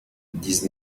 dix